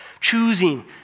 Choosing